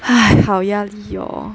!hais! 好压力 orh